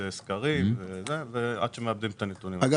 עושים סקרים ומעבדים את הנתונים -- איך